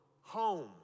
home